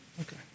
Okay